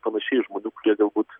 panašiai iš žmonių kurie galbūt